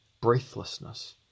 breathlessness